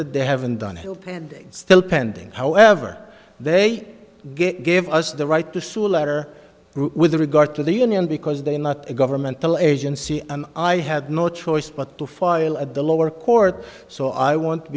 they haven't done help and they still pending however they gave us the right to sue letter with regard to the union because they are not a governmental agency and i had no choice but to file at the lower court so i want to